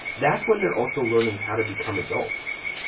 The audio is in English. that's when they're also learning how to become adults.